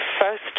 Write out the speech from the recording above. first